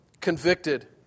convicted